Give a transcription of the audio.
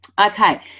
okay